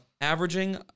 averaging